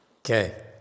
Okay